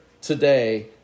today